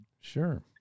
Sure